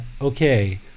okay